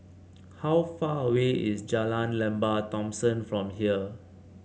how far away is Jalan Lembah Thomson from here